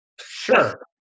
Sure